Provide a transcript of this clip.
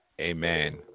Amen